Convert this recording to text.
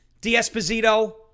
D'Esposito